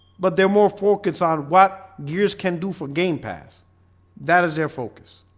but there more focus on what gears can do for game paths that is their focus,